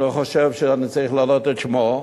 אני לא חושב שאני צריך להעלות את שמו.